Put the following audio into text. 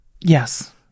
Yes